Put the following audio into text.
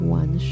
one